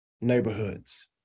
neighborhoods